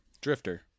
Drifter